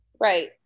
right